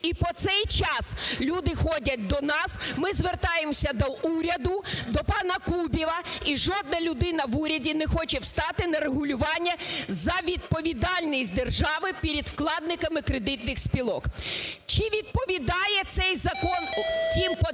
І по цей час люди ходять до нас. Ми звертаємось до уряду, до панаКубіва. І жодна людина в уряді не хоче встати на регулювання за відповідальність держави перед вкладниками кредитних спілок. Чи відповідає цей закон тим потребам,